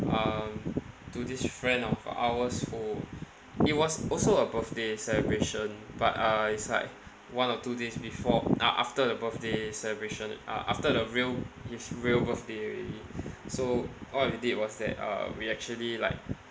um to this friend of ours who it was also a birthday celebration but uh it's like one or two days before uh after the birthday celebration uh after the real his real birthday already so what we did was that uh we actually like